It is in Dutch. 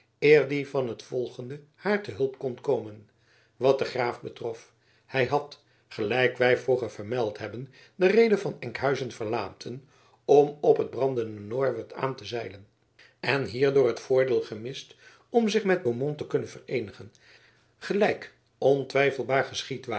die van het volgende haar te hulp kon komen wat den graaf betrof hij had gelijk wij vroeger vermeld hebben de reede van enkhuizen verlaten om op het brandende norwert aan te zeilen en hierdoor het voordeel gemist om zich met beaumont te kunnen vereenigen gelijk ontwijfelbaar geschied ware